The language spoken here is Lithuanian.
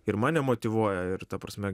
ir mane motyvuoja ir ta prasme